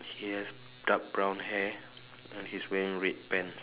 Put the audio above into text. he has dark brown hair and he's wearing red pants